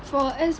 for s~